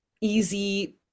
easy